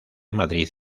madrid